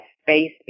space